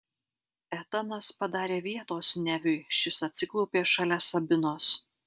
etanas padarė vietos neviui šis atsiklaupė šalia sabinos